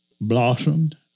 blossomed